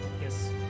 Yes